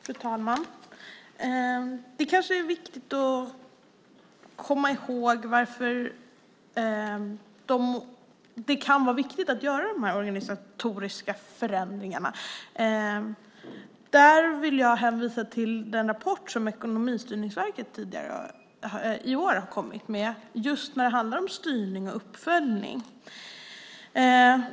Fru talman! Det kan vara viktigt att komma ihåg varför det är viktigt att göra dessa organisatoriska förändringar. Där vill jag hänvisa till den rapport som Ekonomistyrningsverket har kommit med tidigare i år och som handlar om styrning och uppföljning.